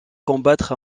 combattre